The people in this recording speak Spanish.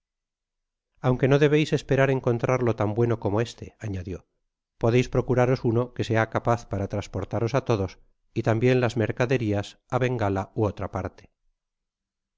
aunque no debeis esperar encontrarlo tan bueno como este anadio podeis procuraros uno que sea capaz para transportaros á todos y tambien las mercaderias á bengala ú otra parte